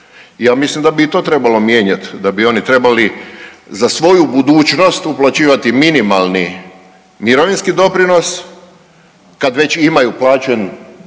Ja mislim da bi i to trebalo mijenjat. Da bi oni trebali za svoju budućnost uplaćivati minimalni mirovinski doprinos kad već imaju plaće,